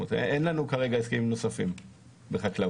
ואין לנו כרגע הסכמים נוספים בחקלאות.